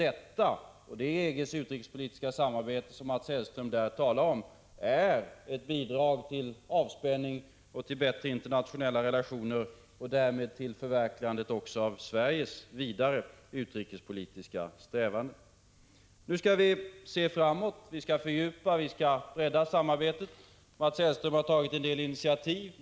Det är EG:s utrikespolitiska samarbete som Mats Hellström här talar om, och det är ett bidrag till avspänning och till bättre internationella relationer och därmed också till ett förverkligande av Sveriges vidare utrikespolitiska strävanden. Nu skall vi se framåt, fördjupa och bredda samarbetet. Mats Hellström har tagit en del initiativ.